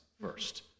first